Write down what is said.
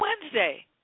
Wednesday